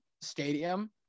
stadium